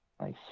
Nice